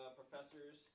professors